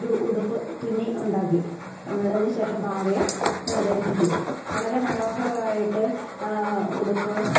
ഒരു ഉടുപ്പ് തുന്നി ഉണ്ടാക്കി അതിന് ശേഷം പാവയെ ധരിപ്പിച്ചു വളരെ മനോഹരമായിട്ട് ഉടുപ്പ്